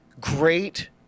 great